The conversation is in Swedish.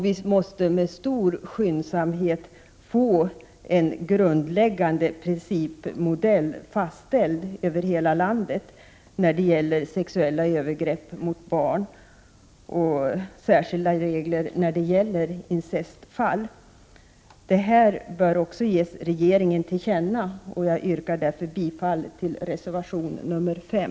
Vi måste med stor skyndsamhet få en grundläggande principmodell fastställd över hela landet när det gäller sexuella övergrepp mot barn och särskilda regler när det gäller incestfall. Detta bör ges regeringen till känna, och jag yrkar därför bifall till reservation nr 5.